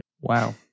Wow